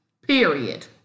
Period